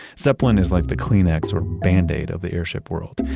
zeppelin is like the kleenex or band-aid of the airship world.